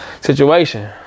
situation